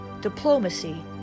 diplomacy